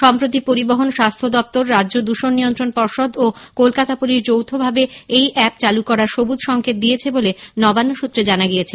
সম্প্রতি পরিবহন স্বাস্থ্য দপ্তর রাজ্য দৃষণ নিয়ন্ত্রণ পর্ষদ ও কলকাতা পুলিশ যৌথভাবে এই অ্যাপ চালু করার সবুজ সংকেত দিয়েছে বলে নবান্ন সূত্রে জানা গিয়েছে